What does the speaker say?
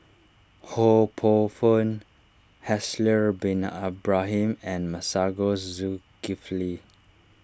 Ho Poh Fun Haslir Bin Ibrahim and Masagos Zulkifli